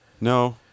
No